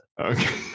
Okay